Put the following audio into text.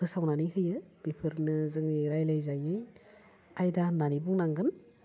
फोसावनानै होयो बेफोरनो जोंनि रायलायजायै आयदा होन्नानै बुंनांगोन